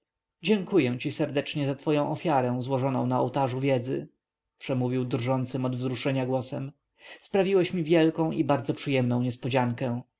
dziękuję ci serdecznie za twoję ofiarę złożoną na ołtarzu wiedzy przemówił drżącym od wzruszenia głosem sprawiłeś mi wielką i bardzo przyjemną